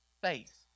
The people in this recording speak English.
faith